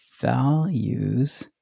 values